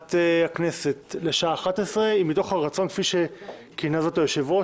ישיבת הכנסת לשעה 11:00 היא מתוך הרצון כפי שכינה זאת היושב-ראש